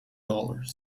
dollars